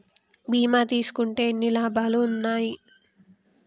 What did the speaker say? బీమా తీసుకుంటే ఎన్ని లాభాలు ఉన్నాయి?